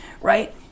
right